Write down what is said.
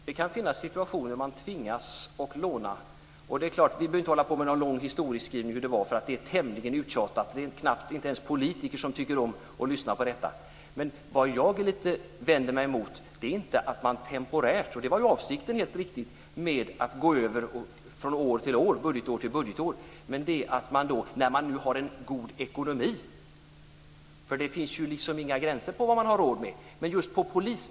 Fru talman! Det kan finnas situationer där man tvingas låna. Vi behöver inte hålla på med någon lång historieskrivning. Det är tämligen uttjatat. Inte ens politiker tycker om att lyssna på det. Vad jag vänder mig emot är inte att man överför medel temporärt, från budgetår till budgetår. Det var avsikten, helt riktigt. Men nu har man god ekonomi. Det finns inga gränser för vad man har råd med.